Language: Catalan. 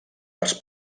arts